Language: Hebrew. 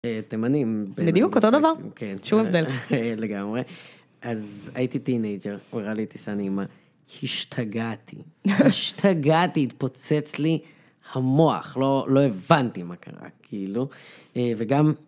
אה.. תימנים.. בדיוק אותו דבר, שום הבדל. לגמרי.. אז הייתי טינג'ר, הוא הראה לי טיסה נעימה, השתגעתי, השתגעתי! התפוצץ לי המוח, לא הבנתי מה קרה כאילו.. אה, וגם.